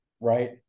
right